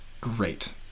great